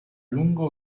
lungo